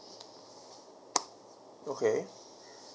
okay